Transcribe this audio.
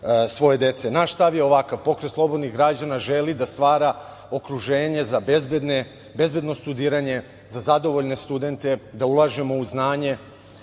svoje dece. Naš stav je ovakav, Pokret slobodnih građana želi da stvara okruženje za bezbedno studiranje, za zadovoljne studente, da ulažemo u znanje.